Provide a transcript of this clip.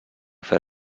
fer